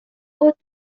خود